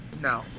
No